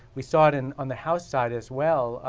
we saw it and on the house side as well.